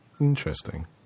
Interesting